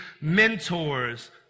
mentors